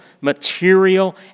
material